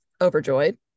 overjoyed